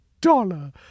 dollar